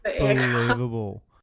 Unbelievable